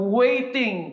waiting